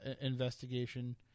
investigation